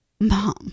Mom